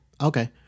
Okay